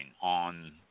on